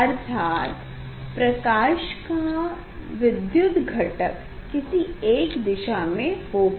अर्थात प्रकाश का विधयुत घटक किसी एक दिशा में होगा